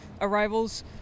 arrivals